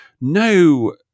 No